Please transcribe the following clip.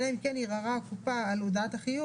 אלא אם כן ערערה קופת החולים על הודעת החיוב,